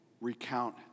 recount